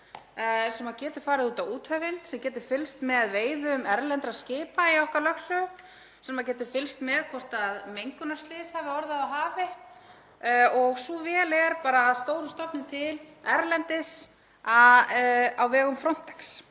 sem getur farið út á úthöfin, sem getur fylgst með veiðum erlendra skipa í okkar lögsögu, sem getur fylgst með hvort mengunarslys hafa orðið á hafi, og sú vél er að stórum stofni til erlendis á vegum Frontex.